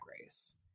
Race